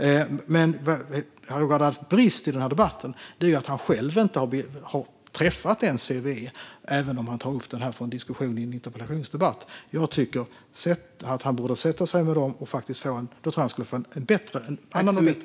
Roger Haddads brist i denna debatt är att han själv inte har träffat CVE och ändå tar upp detta till diskussion i en interpellationsdebatt. Jag tycker att han borde sätta sig med dem, för då tror jag att han skulle få en annan och bättre uppfattning.